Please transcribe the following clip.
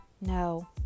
No